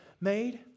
made